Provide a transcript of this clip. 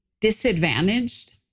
disadvantaged